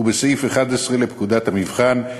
ובסעיף 11 לפקודת המבחן ,